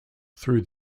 through